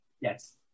Yes